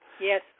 Yes